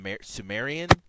Sumerian